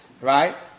Right